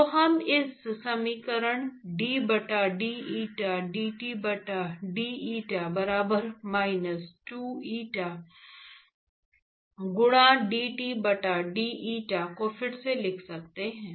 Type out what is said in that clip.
तो हम इस समीकरण d बटा deta dT बटा d eta बराबर माइनस 2 eta गुणा dT बटा d eta को फिर से लिख सकते हैं